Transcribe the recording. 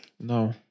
No